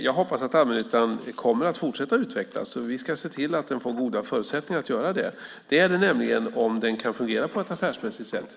Jag hoppas att allmännyttan kommer att fortsätta utvecklas. Vi ska se till att den får goda förutsättningar att göra det, vilket den kan om den får fungera på ett affärsmässigt sätt.